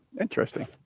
interesting